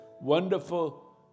wonderful